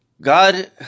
God